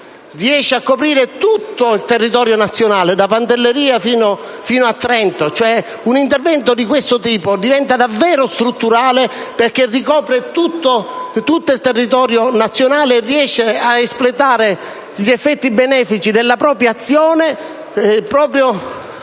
riesce a coprire tutto il territorio nazionale, da Pantelleria fino a Trento; un intervento di questo tipo diventa quindi davvero strutturale perché ricopre tutto il territorio nazionale e riesce ad espletare gli effetti benefici della propria azione su tante